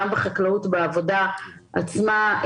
גם בחקלאות בעבודה עצמה,